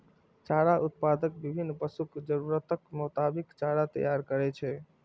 चारा उत्पादक विभिन्न पशुक जरूरतक मोताबिक चारा तैयार करै छै